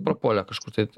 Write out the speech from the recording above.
prapuolė kažkur tai